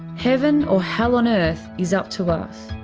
heaven or hell on earth is up to us.